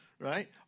right